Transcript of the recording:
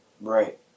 Right